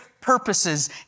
purposes